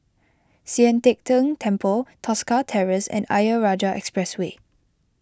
Sian Teck Tng Temple Tosca Terrace and Ayer Rajah Expressway